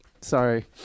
Sorry